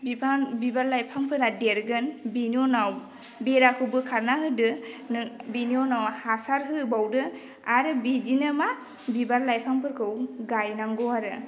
बिफां बिबार लाइफांफोरा देरगोन बिनि उनाव बेराखौ बोखारना होदो नो बिनि उनाव हासार होबावदो आरो बिदिनो मा बिबार लाइफांफोरखौ गायनांगौ आरो